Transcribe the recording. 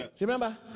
Remember